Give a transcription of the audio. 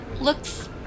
Looks